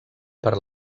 per